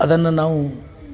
ಅದನ್ನು ನಾವು